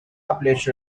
published